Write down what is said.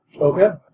Okay